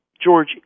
George